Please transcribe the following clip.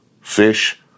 fish